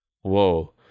Whoa